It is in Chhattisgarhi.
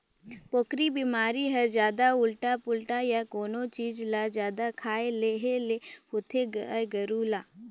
पोकरी बेमारी हर जादा उल्टा पुल्टा य कोनो चीज ल जादा खाए लेहे ले होथे गाय गोरु ल